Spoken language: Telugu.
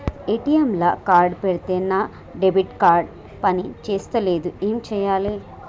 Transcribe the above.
ఏ.టి.ఎమ్ లా కార్డ్ పెడితే నా డెబిట్ కార్డ్ పని చేస్తలేదు ఏం చేయాలే?